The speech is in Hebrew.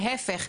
להיפך,